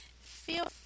feel